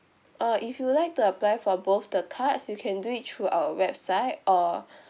uh if you would like to apply for both the cards you can do it through our website or